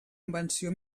invenció